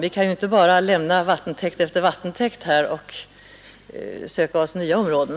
Vi kan inte bara lämna vattentäkt efter vattentäkt och söka oss nya områden.